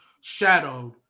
shadowed